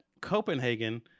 Copenhagen